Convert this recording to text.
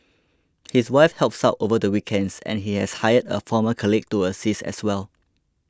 his wife helps out over the weekends and he has hired a former colleague to assist as well